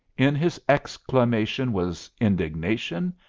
in his exclamation was indignation,